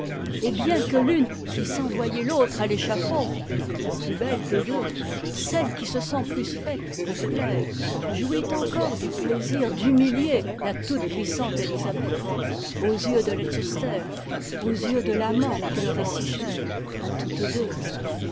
et bien que l'une puisse envoyer l'autre à l'échafaud la plus bette des deux celle qui se sent plus faite pour plaire jouit encore du plaisir d'humilier la toute-puissante élisabeth aux yeux de leicester aux yeux de l'amant qui leur est si cher à toutes deux